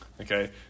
Okay